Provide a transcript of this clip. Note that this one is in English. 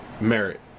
merit